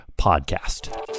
podcast